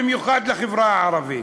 במיוחד בחברה הערבית.